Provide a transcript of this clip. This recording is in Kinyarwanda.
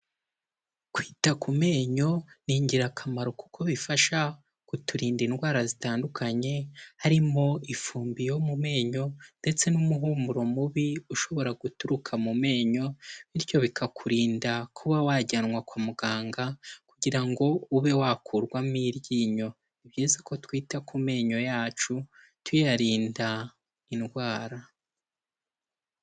Kwita ku menyo ni ingirakamaro kuko bifasha kuturinda indwara zitandukanye, harimo ifumbi yo mu menyo ndetse n'umuhumuro mubi ushobora guturuka mu menyo, bityo bikakurinda kuba wajyanwa kwa muganga kugira ngo ube wakurwamo iryinyo, ni byiza ko twita ku menyo yacu tuyarinda indwara.